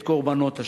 את קורבנות השואה.